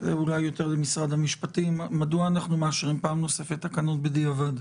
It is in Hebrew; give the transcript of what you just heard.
אולי יותר ממשרד המשפטים מאשרים פעם נוספת תקנות בדיעבד.